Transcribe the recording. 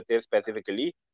specifically